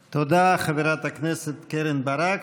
תודה, חברת הכנסת קרן ברק.